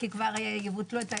כי כבר יבטלו את ההסכם.